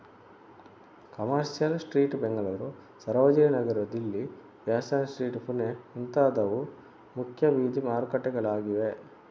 commercial Street Bengaluru, Sarojini Nagar Delhi, Fashion Street Pune ಮುಂತಾದವು ಮುಖ್ಯ ಬೀದಿ ಮಾರುಕಟ್ಟೆಗಳಾಗಿವೆ